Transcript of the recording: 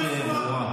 הזמן.